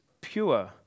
pure